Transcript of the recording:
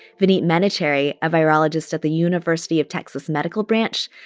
vineet menachery, a virologist at the university of texas medical branch,